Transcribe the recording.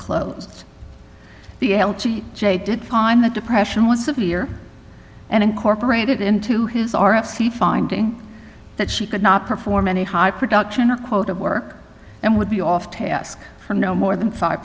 closed the l g j did find the depression was severe and incorporated into his r f c finding that she could not perform any high production or quote of work and would be off task for no more than five